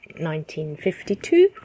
1952